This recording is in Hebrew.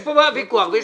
יש כאן בעיות ויש ויכוח.